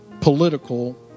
political